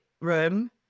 room